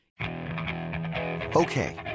Okay